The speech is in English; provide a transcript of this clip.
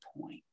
point